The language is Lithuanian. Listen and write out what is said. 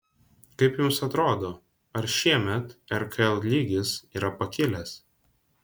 kaip jums atrodo ar šiemet rkl lygis yra pakilęs